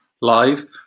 Live